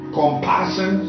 compassion